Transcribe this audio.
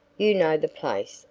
you know the place,